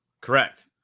Correct